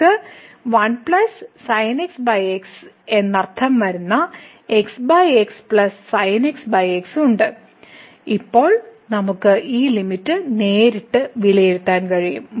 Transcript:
നമുക്ക് 1 sin x x എന്നർത്ഥം വരുന്ന ഉണ്ട് ഇപ്പോൾ നമുക്ക് ഈ ലിമിറ്റ് നേരിട്ട് വിലയിരുത്താൻ കഴിയും